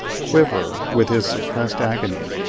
quiver with his suppressed agony,